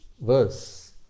verse